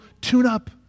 tune-up